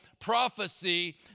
prophecy